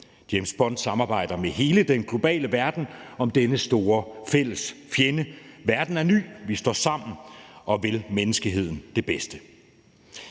James Bond samarbejder med hele den globale verden om denne store fælles fjende. Verden er ny, vi står sammen og vil menneskeheden det bedste.